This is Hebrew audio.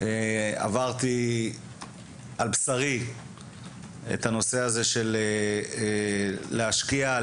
עברתי על בשרי את הנושא הזה של להשקיע,